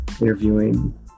interviewing